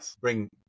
bring